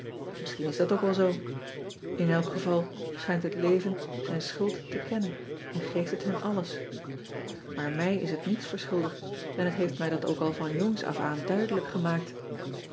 isschien is dat ook wel zoo n elk geval schijnt het even zijn schuld te kennen en geeft het hun alles aar mij is het niets verschuldigd en het heeft mij dat ook al van jongs of aan duidelijk gemaakt